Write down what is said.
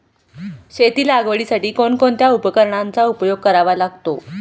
शेती लागवडीसाठी कोणकोणत्या उपकरणांचा उपयोग करावा लागतो?